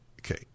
Okay